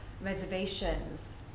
reservations